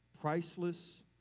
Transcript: priceless